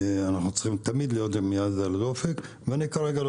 אנחנו צריכים תמיד להיות עם היד על הדופק ואני כרגע לא